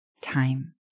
time